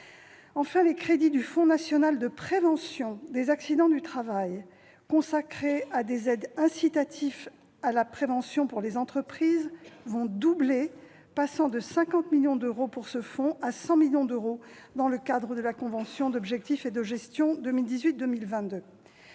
national de prévention des accidents du travail, consacrés à des aides incitatives à la prévention pour les entreprises, vont doubler, passant de 50 millions à 100 millions d'euros dans le cadre de la convention d'objectifs et de gestion 2018-2022.